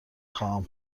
خواهم